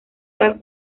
tal